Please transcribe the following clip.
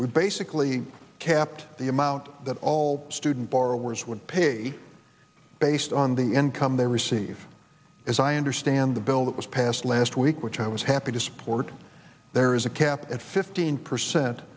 we basically kept the amount that all student borrowers would pay based on the income they receive as i understand the bill that was passed last week which i was happy to support there is a cap at fifteen percent